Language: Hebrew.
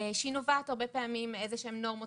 שהיא נובעת הרבה מאוד פעמים מאיזה שהן נורמות